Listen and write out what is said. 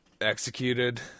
executed